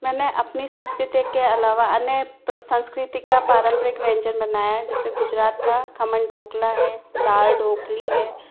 मैंने अपनी संस्कृति के अलावा अन्य संस्कृति का पारम्परिक व्यंजन बनाया है जैसे गुजरात का खमन ढोकला है दाल ढोकली है